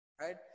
right